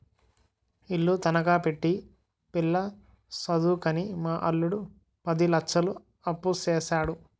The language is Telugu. ఇల్లు తనఖా పెట్టి పిల్ల సదువుకని మా అల్లుడు పది లచ్చలు అప్పుసేసాడు